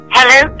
Hello